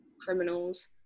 criminals